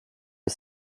del